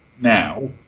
now